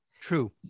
True